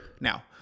now